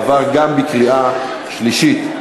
עבר גם בקריאה שלישית.